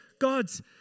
God's